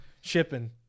shipping